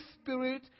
Spirit